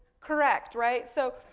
correct, right. so,